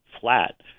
flat